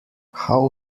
how